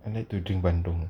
I like to drink bandung